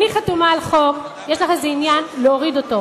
שכאשר אני חתומה על חוק יש לך איזשהו עניין להוריד אותו.